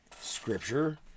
scripture